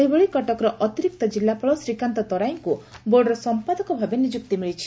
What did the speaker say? ସେହିଭଳି କଟକର ଅତିରିକ୍ତ ଜିଲ୍ଲାପାଳ ଶ୍ରୀକାନ୍ତ ତରାଇଙ୍କୁ ବୋର୍ଡ୍ର ସନ୍ନାଦକ ଭାବେ ନିଯୁକ୍ତି ମିଳିଛି